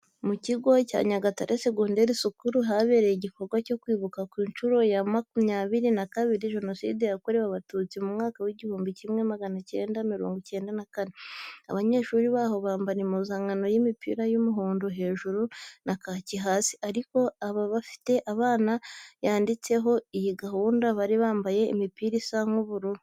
Mu kigo cya Nyagatare Secondary School habereye igikorwa cyo Kwibuka ku nshuro ya makumyabiri na kabiri Jenoside Yakorewe Abatutsi mu mwaka w'igihumbi kimwe magana icyenda mirongo icyenda na kane. Abanyeshuri baho bambara impuzankano y'imipira y'umuhondo hejuru na kaki hasi, ariko abari bafite bana yanditseho iyi gahunda bari bambaye imipira isa nk'ubururu.